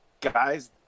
guys